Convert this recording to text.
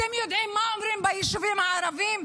אתם יודעים מה אומרים ביישובים הערביים?